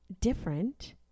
different